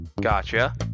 Gotcha